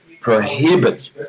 prohibit